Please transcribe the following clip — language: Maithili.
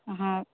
हाँ